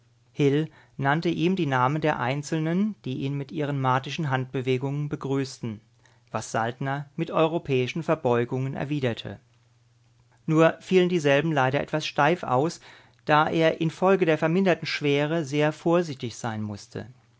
hil nannte ihm die namen der einzelnen die ihn mit ihren martischen handbewegungen begrüßten was saltner mit europäischen verbeugungen erwiderte nur fielen dieselben leider etwas steif aus da er infolge der verminderten schwere sehr vorsichtig sein mußte